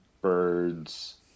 birds